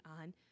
on